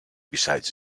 beside